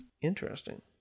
Interesting